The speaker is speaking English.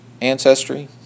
ancestry